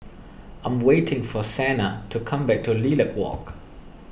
I am waiting for Sena to come back to Lilac Walk